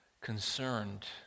concerned